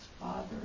father